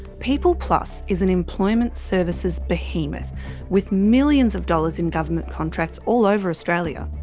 peopleplus is an employment services behemoth with millions of dollars in government contracts all over australia,